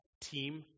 team